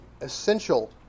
essential